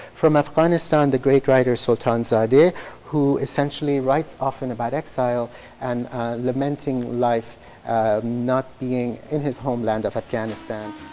from afghanistan, the great writer, sultanzadeh who essentially writes often about exile and lamenting life not being in his homeland of afghanistan.